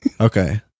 Okay